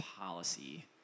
policy